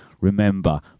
Remember